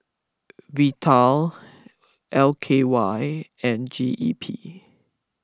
Vital L K Y and G E P